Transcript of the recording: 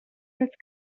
earth